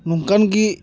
ᱱᱚᱝᱠᱟᱱ ᱜᱮ